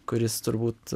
kuris turbūt